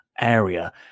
area